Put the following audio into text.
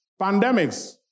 pandemics